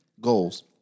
goals